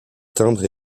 timbre